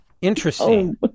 Interesting